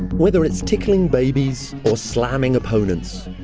whether it's tickling babies or slamming opponents,